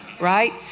Right